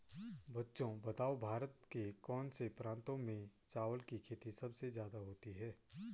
बच्चों बताओ भारत के कौन से प्रांतों में चावल की खेती सबसे ज्यादा होती है?